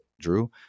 Drew